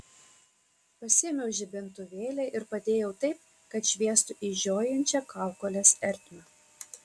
pasiėmiau žibintuvėlį ir padėjau taip kad šviestų į žiojinčią kaukolės ertmę